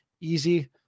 easy